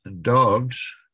dogs